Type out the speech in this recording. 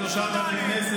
חוקים לא יכולים להיות